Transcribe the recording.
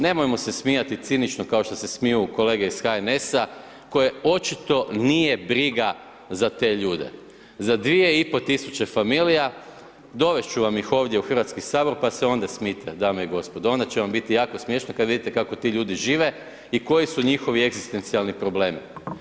Nemojmo se smijati cinično kao što se smiju kolege iz HNS-a koje očito nije briga za te ljude, za 2.500 familija dovest ću vam ih ovdje u Hrvatski sabor pa se onda smijte dame i gospodo onda će vam biti jako smiješno kada vidite kako ti ljudi žive i koji su njihovi egzistencijalni problemi.